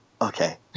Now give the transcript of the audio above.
okay